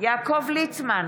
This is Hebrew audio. יעקב ליצמן,